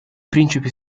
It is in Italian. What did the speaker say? principe